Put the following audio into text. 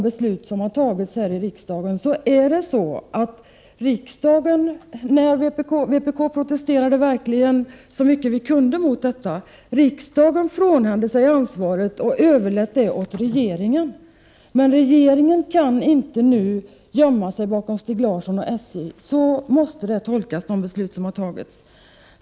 Vi i vpk protesterade verkligen så mycket vi kunde mot riksdagens beslut att avhända sig ansvaret och överlåta det åt regeringen. Men de beslut som fattades måste tolkas så att regeringen inte nu kan gömma sig bakom Stig Larsson och SJ.